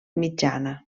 mitjana